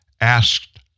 asked